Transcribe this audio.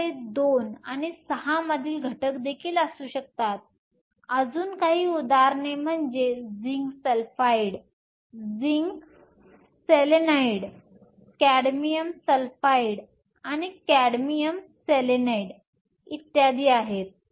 आपल्याकडे 2 आणि 6 मधील घटक देखील असू शकतात अजून काही उदाहरणे म्हणजे zinc sulphide zinc selenide cadmium sulphide आणि कॅडमियम सेलेनाइड वगैरे आहेत